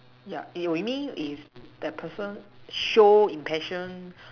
yeah you mean if that person show intention